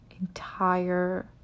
entire